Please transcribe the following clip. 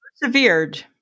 persevered